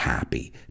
happy